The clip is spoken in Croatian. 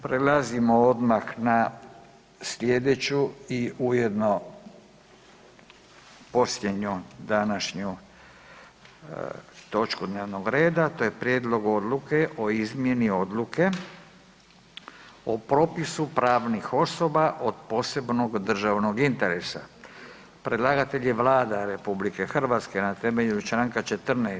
Prelazimo odmah na slijedeću i ujedno posljednju današnju točku dnevnog reda to je: - Prijedlog Odluke o izmjeni Odluke o propisu pravnih osoba od posebnog državnog interesa Predlagatelj je Vlada RH na temelju Članka 14.